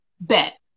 bet